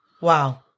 Wow